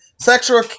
sexual